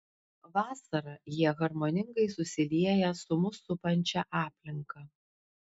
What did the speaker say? vasarą jie harmoningai susilieja su mus supančia aplinka